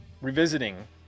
revisiting